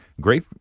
great